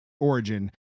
origin